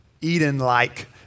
Eden-like